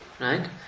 Right